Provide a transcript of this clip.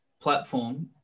platform